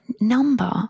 number